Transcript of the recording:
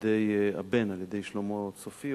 על-ידי הבן, על-ידי שלמה צופיוב,